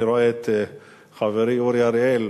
אני רואה את חברי אורי אריאל